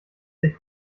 sich